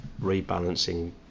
rebalancing